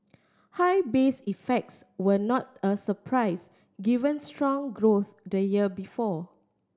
high base effects were not a surprise given strong growth the year before